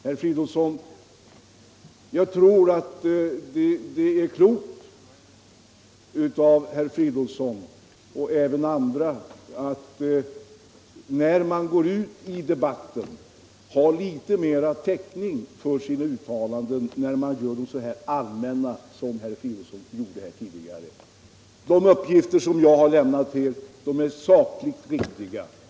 När man går ut i en debatt — det gäller herr Fridolfsson men även andra — är det klokt att ha litet mer täckning för sina uttalanden, speciellt när man gör dem så allmänna som herr Fridolfsson tidigare gjorde. De uppgifter som jag har lämnat är sakligt riktiga.